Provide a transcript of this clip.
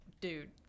dude